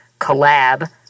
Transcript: collab